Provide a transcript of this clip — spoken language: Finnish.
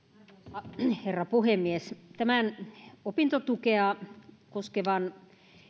arvoisa herra puhemies tämän opintotukea koskevan